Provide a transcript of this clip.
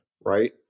Right